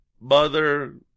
mother